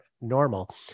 normal